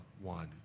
one